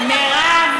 מירב,